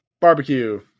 Barbecue